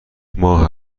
ماه